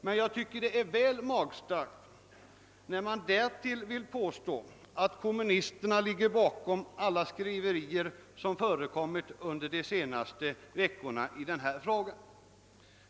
Men jag tycker att det är väl magstarkt när man därtill påstår att kommunisterna ligger bakom alla skriverier som förekommit under de senaste veckorna i denna fråga.